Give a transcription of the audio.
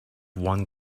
one